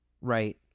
right